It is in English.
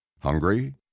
Hungry